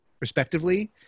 respectively